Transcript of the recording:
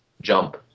jump